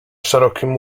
szerokim